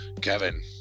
Kevin